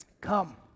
Come